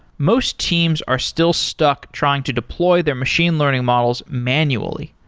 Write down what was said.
most teams are still stuck trying to deploy their machine learning models manually.